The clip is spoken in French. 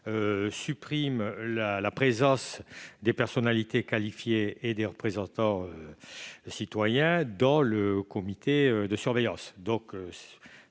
supprimer la présence des personnalités qualifiées et des représentants d'usagers dans le comité de surveillance.